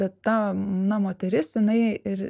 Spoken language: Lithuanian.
bet ta na moteris jinai ir